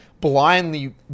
blindly